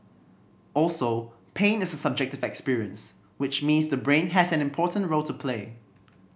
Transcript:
also pain is a subjective experience which means the brain has an important role to play